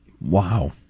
Wow